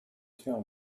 tell